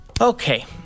Okay